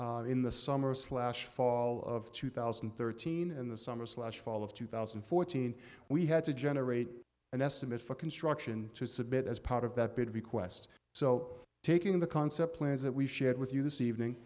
both in the summer slash fall of two thousand and thirteen and the summers last fall of two thousand and fourteen we had to generate an estimate for construction to submit as part of that bid request so taking the concept plans that we shared with you this evening